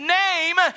name